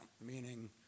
meaning